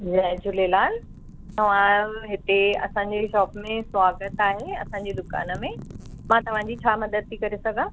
जय झूलेलाल तव्हांजो हिते असांजे शॉप में स्वागतु आहे असांजी दुकानु में मां तव्हांजी छा मदद थी करे सघां